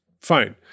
fine